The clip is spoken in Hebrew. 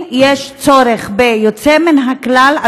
אם יש צורך ביוצא מן הכלל,